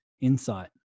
insight